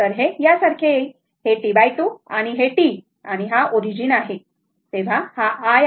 तर हे या सारखे येईल हे T2 आणि हे T आणि हा ओरिजिन आहे